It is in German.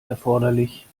erforderlich